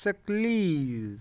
ਸਕਲੀਜ਼